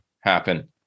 happen